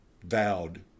vowed